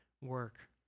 work